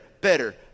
better